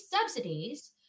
subsidies